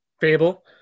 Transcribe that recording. Fable